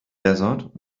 desert